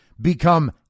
become